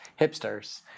hipsters